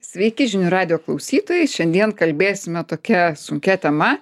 sveiki žinių radijo klausytojai šiandien kalbėsime tokia sunkia tema